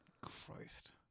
Christ